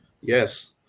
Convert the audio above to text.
Yes